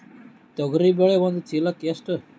ತೊಗರಿ ಬೇಳೆ ಒಂದು ಚೀಲಕ ಎಷ್ಟು?